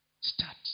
start